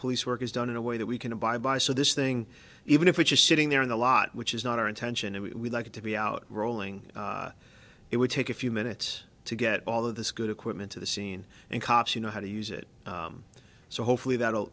police work is done in a way that we can abide by so this thing even if it's just sitting there in the lot which is not our intention and we like to be out rolling it would take a few minutes to get all of this good equipment to the scene and cops you know how to use it so hopefully that